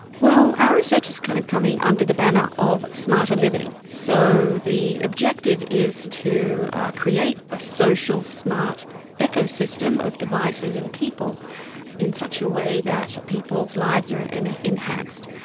well, our research is kind of coming under the banner of smarter living. so the objective is to create a social, smart ecosystem of devices and people in such a way that people's lives are and enhanced.